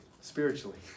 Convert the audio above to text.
spiritually